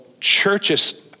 churches